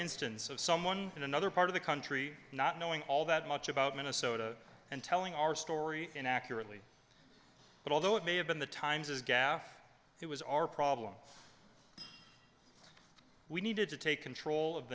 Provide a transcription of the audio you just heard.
instance of someone in another part of the country not knowing all that much about minnesota and telling our story in accurately but although it may have been the times as gaffe it was our problem we needed to take control of